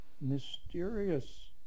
mysterious